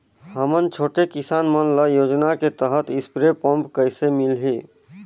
हमन छोटे किसान मन ल योजना के तहत स्प्रे पम्प कइसे मिलही?